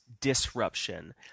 disruption